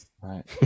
Right